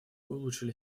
улучшили